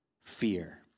fear